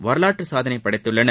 வரலாற்று சாதனை படைத்துள்ளனர்